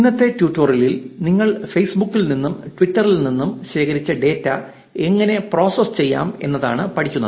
ഇന്നത്തെ ട്യൂട്ടോറിയലിൽ നിങ്ങൾ ഫേസ്ബുക്കിൽ നിന്നും ട്വിറ്ററിൽ നിന്നും ശേഖരിച്ച ഡാറ്റ എങ്ങനെ പ്രോസസ്സ് ചെയ്യാം എന്നതാണ് പഠിക്കുന്നത്